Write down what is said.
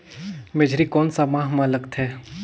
मेझरी कोन सा माह मां लगथे